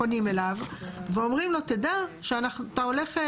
פונים אליו ואומרים לו תדע שאתה הולך,